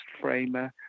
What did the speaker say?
Framer